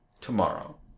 tomorrow